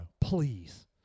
please